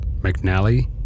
McNally